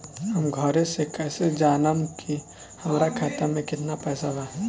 हम घरे से कैसे जानम की हमरा खाता मे केतना पैसा बा?